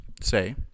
say